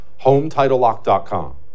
hometitlelock.com